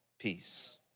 Peace